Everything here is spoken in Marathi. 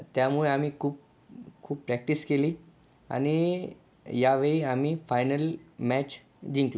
त्यामुळे आम्ही खूप खूप प्रॅक्टिस केली आणि या वेळी आम्ही फायनल मॅच जिंकलो